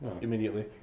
immediately